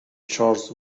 charles